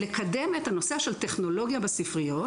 לקדם את הנושא של הטכנולוגיה בספריות,